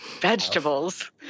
vegetables